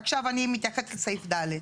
עכשיו אני רוצה להתייחס לסעיף (ד).